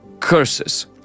curses